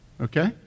Okay